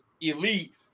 elite